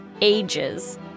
ages